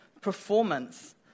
performance